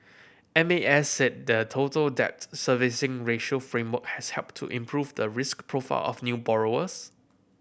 M A S said the Total Debt Servicing Ratio framework has helped to improve the risk profile of new borrowers